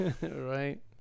Right